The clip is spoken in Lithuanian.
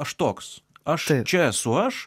aš toks aš čia esu aš